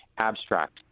abstract